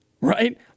Right